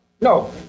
No